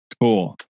Cool